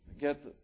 get